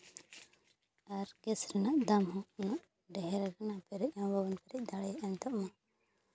ᱟᱨ gas ᱨᱮᱱᱟᱜ ᱫᱟᱢ ᱦᱚᱸ ᱩᱱᱟᱹᱜ ᱰᱷᱮᱹᱨ ᱠᱟᱱᱟ ᱯᱮᱨᱮᱡ ᱦᱚᱸ ᱵᱟᱵᱚᱱ ᱯᱮᱨᱮᱡ ᱫᱟᱲᱮᱭᱟᱜᱼᱟ ᱱᱤᱛᱳᱜᱼᱢᱟ